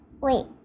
wait